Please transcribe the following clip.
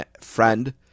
friend